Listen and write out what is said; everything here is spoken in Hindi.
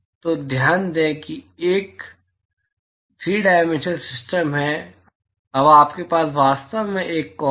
तो ध्यान दें कि यह एक 3 डायमेंशनल सिस्टम है अब आपके पास वास्तव में एक कोन है